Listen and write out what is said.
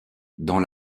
dans